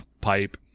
pipe